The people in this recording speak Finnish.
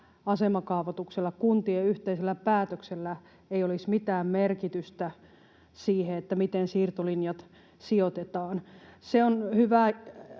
asemakaavoituksella, kuntien yhteisellä päätöksellä, ei olisi mitään merkitystä siinä, miten siirtolinjat sijoitetaan. Se on hyvä,